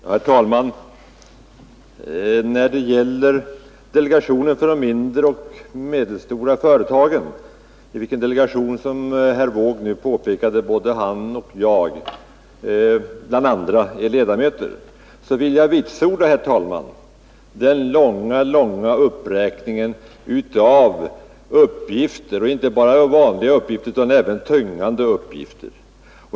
Herr talman! Vad beträffar delegationen för de mindre och medelstora företagen, i vilken delegation, som herr Wååg nu påpekade, både han och jag bland andra är ledamöter, vill jag vitsorda, herr talman, den långa uppräkningen av uppgifter, inte bara vanliga uppgifter utan även tyngande uppgifter.